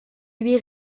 lui